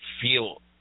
feel